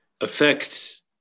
affects